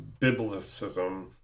biblicism